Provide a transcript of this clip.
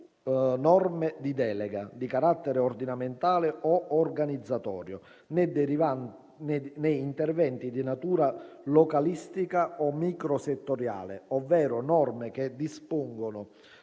norme di delega, di carattere ordinamentale o organizzatorio, né interventi di natura localistica o microsettoriale ovvero norme che dispongono